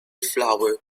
flower